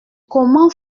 comment